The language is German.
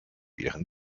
ihren